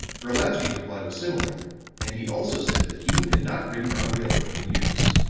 brolatsky's reply was similar and he also said that hume had not ridden on a railroad in years.